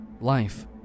life